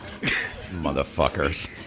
Motherfuckers